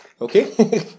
okay